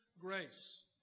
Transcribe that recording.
grace